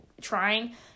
trying